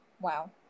Wow